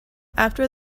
after